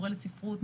מורה לספרות,